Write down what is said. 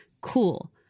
Cool